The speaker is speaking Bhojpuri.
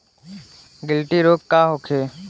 गिल्टी रोग का होखे?